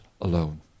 alone